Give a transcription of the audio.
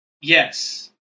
Yes